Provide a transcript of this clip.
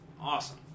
awesome